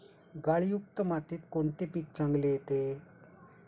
गाळयुक्त मातीत कोणते पीक चांगले येते?